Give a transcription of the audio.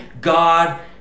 God